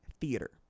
theater